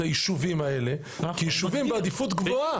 היישובים האלה כיישובים בעדיפות גבוהה,